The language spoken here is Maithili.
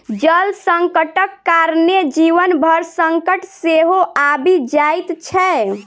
जल संकटक कारणेँ जीवन पर संकट सेहो आबि जाइत छै